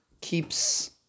keeps